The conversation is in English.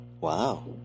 Wow